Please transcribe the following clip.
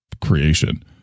creation